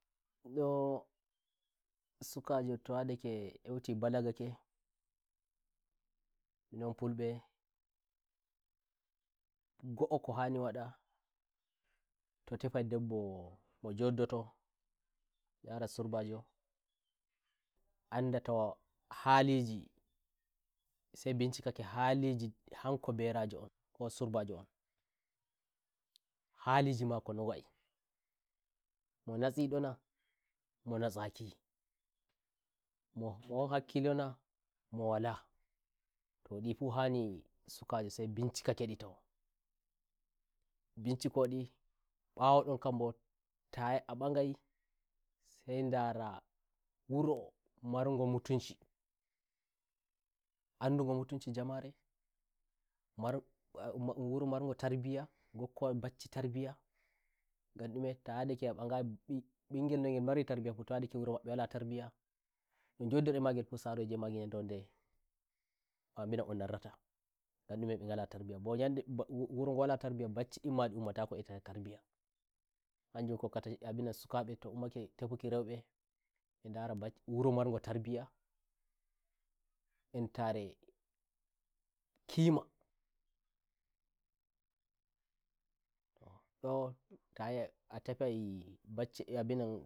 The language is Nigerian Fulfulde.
ndo sukajo to yadake heuti balagake minon fulbe ngo'o ko hani wada to tafai ndebbo mo njoddo tondara surbajo anda to haliji sai bincikake haliji hanko on ko surbajo on haliji mako no wa'imo natsi ndona mo natsakimo won hakkilo na mo walato ndi fu hani sukajosai mbincika ke ndi taumbinci ndi mbawo ndon kanboto mbagai sai ndara wuro margo mutunci andugo mutuncin njamare"mar wo wuro" margo tarbiyya ko bacci tarbiyya ngan ndume to yadake e mbagai mbi mbi ngel nogel mariri tarbiyyano njoddori nda e magel fu soroje emmagelnyandere wondea'andina on narratangan ndume mbe ngala tarbiyyambo nyande mbo bacci ndin ma ndi ummatako e tarbiyya hanjum hokkata abinan suka mbe to ummake tefuki roibee ndara bacci wuro margo tarbiyya entare kimato ndo ta yai a tefai bacci berajo wuro ngon